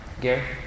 Gary